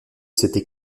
cette